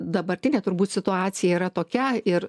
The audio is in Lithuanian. dabartinė turbūt situacija yra tokia ir